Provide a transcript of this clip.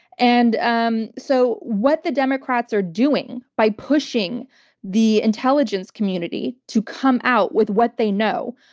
and um so what the democrats are doing by pushing the intelligence community to come out with what they know,